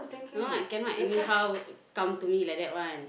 cannot cannot anyhow come to me like that one